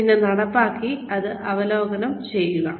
പിന്നെ നടപ്പാക്കിഅത് അവലോകനം ചെയ്യുക